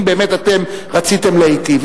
אם באמת אתם רציתם להיטיב,